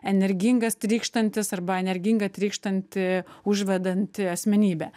energingas trykštantis arba energinga trykštanti užvedanti asmenybė